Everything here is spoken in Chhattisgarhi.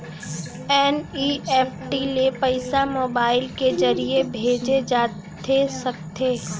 एन.ई.एफ.टी ले पइसा मोबाइल के ज़रिए भेजे जाथे सकथे?